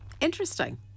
interesting